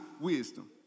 wisdom